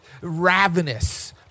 ravenous